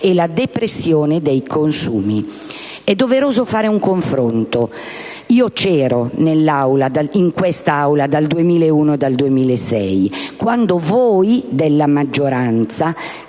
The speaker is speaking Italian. e la depressione dei consumi. È doveroso fare un confronto; ero presente in quest'Aula dal 2001 al 2006, quando voi della maggioranza